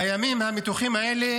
בימים המתוחים האלה